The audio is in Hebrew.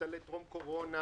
מובטלי טרום קורונה,